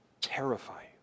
terrify